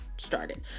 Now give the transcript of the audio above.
started